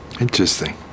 Interesting